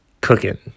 cooking